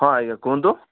ହଁ ଆଜ୍ଞା କୁହନ୍ତୁ